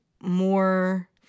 more